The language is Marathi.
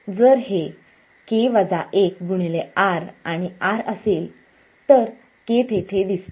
जर हे R आणि R असेल तर K तेथे दिसते